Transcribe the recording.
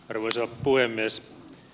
arvoisa puhemies